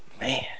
Man